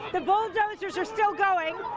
the bulldozers are still going